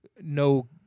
no